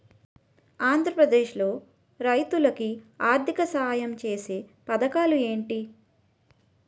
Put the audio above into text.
ఆంధ్రప్రదేశ్ లో రైతులు కి ఆర్థిక సాయం ఛేసే పథకాలు ఏంటి?